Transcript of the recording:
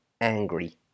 angry